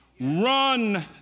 Run